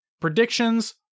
Predictions